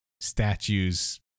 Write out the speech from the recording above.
statues